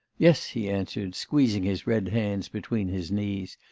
yes, he answered, squeezing his red hands between his knees.